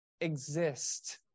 exist